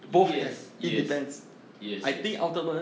yes yes yes yes